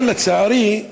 אבל, לצערי,